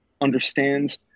understands